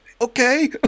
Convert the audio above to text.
okay